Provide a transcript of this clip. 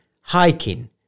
Hiking